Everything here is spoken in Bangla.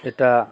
এটা